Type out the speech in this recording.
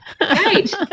right